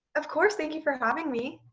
of course, thank you for having me.